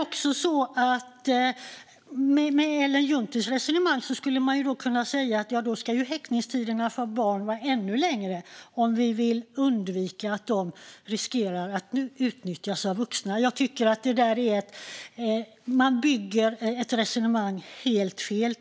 Med Ellen Junttis resonemang kan man säga att häktningstiderna för barn ska vara ännu längre, om vi vill undvika att de riskerar att utnyttjas av vuxna. Jag tycker att resonemanget byggs helt fel.